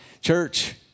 church